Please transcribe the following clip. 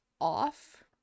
off